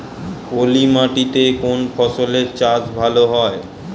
পলি মাটিতে কোন ফসলের চাষ ভালো হয়?